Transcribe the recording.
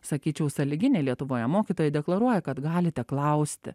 sakyčiau sąlyginė lietuvoje mokytojai deklaruoja kad galite klausti